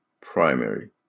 primary